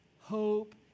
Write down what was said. hope